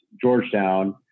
Georgetown